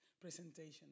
presentation